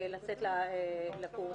לצאת לקורס.